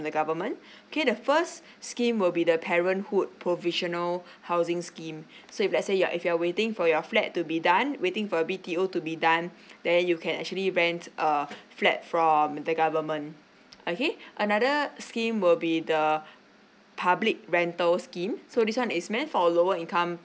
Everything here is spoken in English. the government okay the first scheme will be the parenthood provisional housing scheme so if let's say you're if you are waiting for your flat to be done waiting for a B_T_O to be done then you can actually rent a flat from the government okay another scheme will be the public rental scheme so this one is meant for lower income